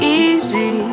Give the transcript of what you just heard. easy